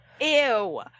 Ew